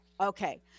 Okay